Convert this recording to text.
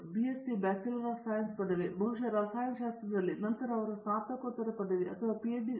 BSc bachelor of science ಪದವಿ ಬಹುಶಃ ರಸಾಯನಶಾಸ್ತ್ರದಲ್ಲಿ ಮತ್ತು ನಂತರ ಅವರು ಸ್ನಾತಕೋತ್ತರ ಪದವಿ ಅಥವಾ ಪಿಎಚ್ಡಿ ಪದವಿಗಾಗಿ ಸೇರುವ ಮೊದಲು ನಿಮಗೆ ತಿಳಿದಿರುತ್ತಾರೆ